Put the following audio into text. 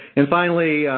and finally,